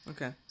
Okay